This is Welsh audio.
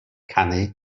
canu